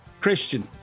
Christian